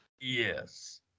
yes